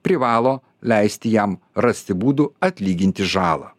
privalo leisti jam rasti būdų atlyginti žalą